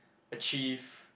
achieve